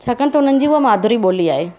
छाकाणि त उन्हनि जी उहा मादिरी ॿोली आहे